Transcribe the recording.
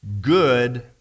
good